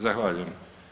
Zahvaljujem.